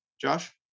Josh